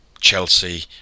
Chelsea